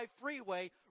freeway